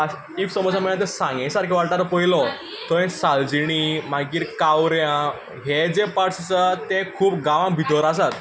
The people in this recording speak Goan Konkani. इफ समज आमी आतां सांगे सारको वाठार पळयलो थंय सालजिणी मागीर कावऱ्यां हे जे पार्ट्स आसात ते खूब गांवां भितर आसात